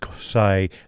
say